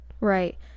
Right